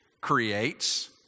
creates